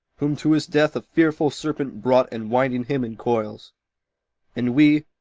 whom to his death a fearful serpent brought enwinding him in coils and we,